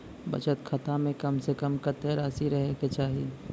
बचत खाता म कम से कम कत्तेक रासि रहे के चाहि?